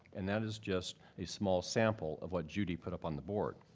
and that is just a small sample of what judy put up on the board.